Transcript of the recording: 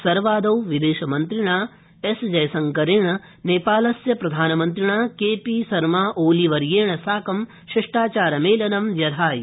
सर्वादो विदेशमन्त्रिणा एसजयशङ्करेण नेपालस्य प्रधानमन्त्रिणा केपी शर्मा ओली वर्येण साकं शिष्टाचारमेलनं व्यधायि